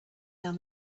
down